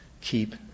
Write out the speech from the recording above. Keep